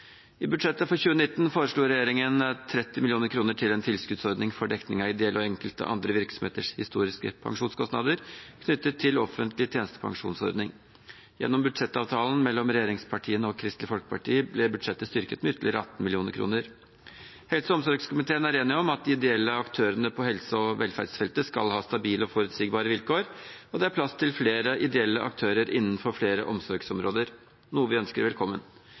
I budsjettet for 2019 foreslo regjeringen 30 mill. kr til en tilskuddsordning for dekning av ideelle og enkelte andre virksomheters historiske pensjonskostnader knyttet til offentlig tjenestepensjonsordning. Gjennom budsjettavtalen mellom regjeringspartiene og Kristelig Folkeparti ble budsjettet styrket med ytterligere 18 mill. kr. Helse- og omsorgskomiteen er enig om at de ideelle aktørene på helse- og velferdsfeltet skal ha stabile og forutsigbare vilkår, og det er plass til flere ideelle aktører innenfor flere omsorgsområder, noe vi ønsker velkommen.